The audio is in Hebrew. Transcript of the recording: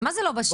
מה זה לא בשל?